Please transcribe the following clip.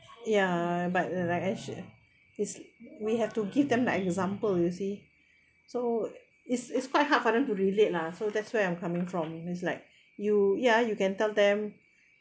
ya but then actua~ is we have to give them like example you see so it's it's quite hard for them to relate lah so that's where I'm coming from it's like you ya you can tell them